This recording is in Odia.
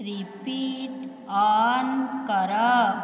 ରିପିଟ୍ ଅନ୍ କର